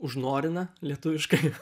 užnorina lietuviškai